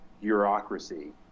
bureaucracy